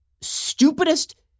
stupidest